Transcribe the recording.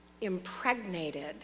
impregnated